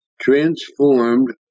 transformed